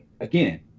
again